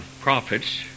prophets